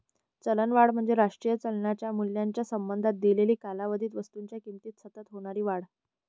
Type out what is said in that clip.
चलनवाढ म्हणजे राष्ट्रीय चलनाच्या मूल्याच्या संबंधात दिलेल्या कालावधीत वस्तूंच्या किमतीत सतत होणारी वाढ